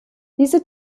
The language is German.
diese